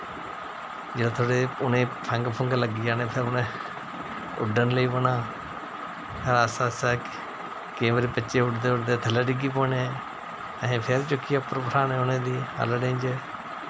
जिसलै थोह्ड़े जनेह् उ'नेंगी फंग फुंग लग्गी जाने ते फिर उ'नें उड्डरन लेई पौना आस्ता आस्ता केईं बारी बच्चे उड्डदे उड्डदे थल्लै डिग्गी पौने असें फिर चुक्कियै उप्पर बठाहाने उ'नें आह्लड़ें च